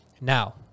Now